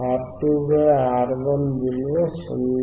R2 R1 విలువ 0